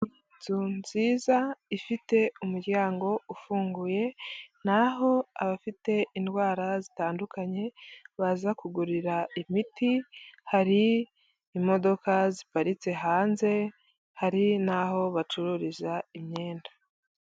Inzu nziza ifite umuryango ufunguye ni aho abafite indwara zitandukanye baza kugurira imiti hari imodoka ziparitse hanze, hari n'aho bacururiza imyenda.